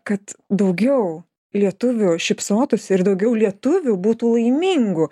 kad daugiau lietuvių šypsotųsi ir daugiau lietuvių būtų laimingų